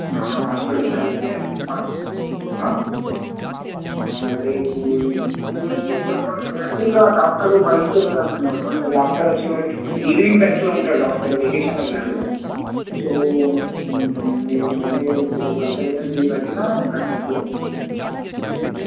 హాస్పిటల్కి వస్తే మా రేపు కొంచెం ఎర్లీగా డాక్టర్ బయటకి వెళ్ళినట్టున్నాడు అంటే డాక్టర్ వచ్చేవరకు ఈవినింగ్ టైమ్స్లో ఉంటాడు డాక్టర్ వెకేషన్ వెళ్ళాడు సో మీరు ముందే ఇప్పుడు కన్సల్టేషన్ ఫీ కట్టినా కట్టచ్చు